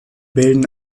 bilden